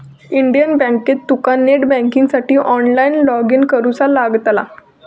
Indian बँकेत तुका net बँकिंगसाठी ऑनलाईन लॉगइन करुचा लागतला